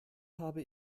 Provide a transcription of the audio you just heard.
habe